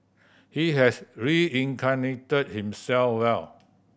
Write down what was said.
he has reincarnated himself well